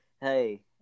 Hey